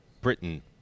Britain